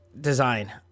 design